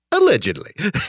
Allegedly